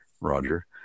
Roger